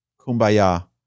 kumbaya